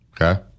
Okay